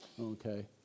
okay